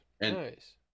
Nice